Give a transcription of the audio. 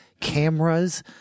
cameras